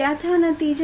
क्या था नतीजा